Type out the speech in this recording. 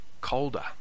colder